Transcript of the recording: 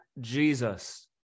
Jesus